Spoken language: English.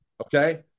okay